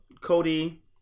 Cody